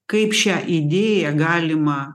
kaip šią idėją galima